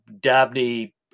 Dabney